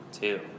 two